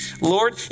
Lord